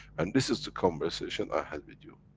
and this is the conversation i had with you.